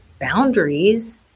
boundaries